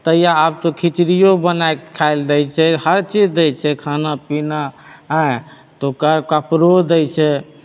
तहिया आब तऽ खिचड़ियो बनाइके खाइ लए दै छै हरचीज दै छै खानापीना एँ तऽ ओकर कपड़ो दै छै